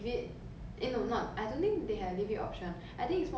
拿然后自己用因为你你